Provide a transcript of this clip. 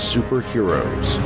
Superheroes